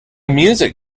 music